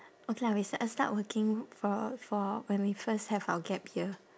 okay lah we s~ uh start working for for when we first have our gap year